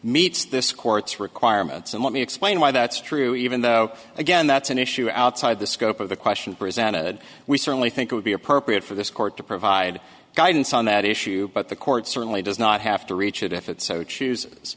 meets this court's requirements and let me explain why that's true even though again that's an issue outside the scope of the question presented we certainly think it would be appropriate for this court to provide guidance on that issue but the court certainly does not have to reach it if it so choose